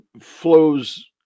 flows